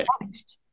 next